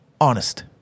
honest